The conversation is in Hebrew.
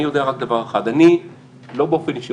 אני יודע רק דבר אחד לא באופן אישי,